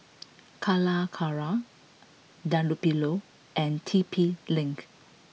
Calacara Dunlopillo and T P Link